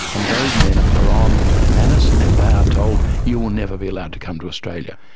and those men are on manus and they ah told you will never be allowed to come to australia.